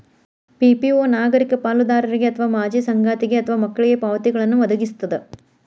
PPO ನಾಗರಿಕ ಪಾಲುದಾರರಿಗೆ ಅಥವಾ ಮಾಜಿ ಸಂಗಾತಿಗೆ ಅಥವಾ ಮಕ್ಳಿಗೆ ಪಾವತಿಗಳ್ನ್ ವದಗಿಸ್ತದ